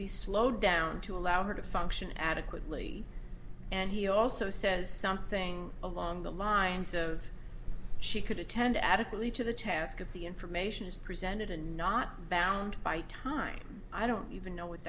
be slowed down to allow her to function adequately and he also says something along the lines of she could attend adequately to the task of the information is presented and not bound by time i don't even